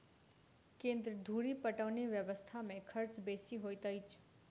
केन्द्र धुरि पटौनी व्यवस्था मे खर्च बेसी होइत अछि